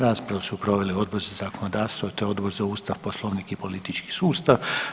Raspravu su proveli Odbor za zakonodavstvo te Odbor za Ustav, poslovnik i politički sustav.